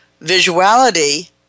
Visuality